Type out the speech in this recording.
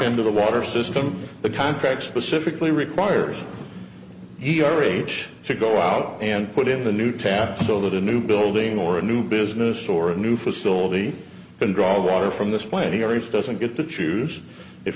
into the water system the contract specifically requires he r h to go out and put in the new taps so that a new building or a new business or a new facility and draw water from this planting areas doesn't get to choose if